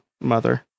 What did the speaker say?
mother